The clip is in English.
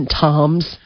toms